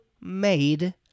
made